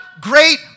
great